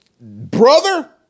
brother